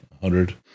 Hundred